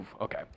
Okay